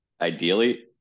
Ideally